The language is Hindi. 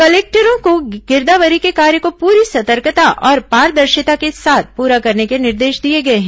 कलेक्टरों को गिरदावरी के कार्य को पूरी सतर्कता और पारदर्शिता के साथ पूरा कराने के निर्देश दिए गए हैं